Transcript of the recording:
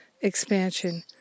expansion